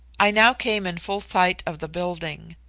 i now came in full sight of the building.